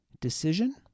decision